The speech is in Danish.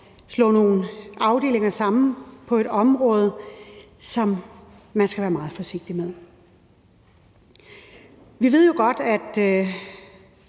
slå nogle afdelinger sammen på et område, som skal behandles meget forsigtigt. Vi har arbejdet